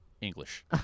English